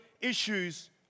issues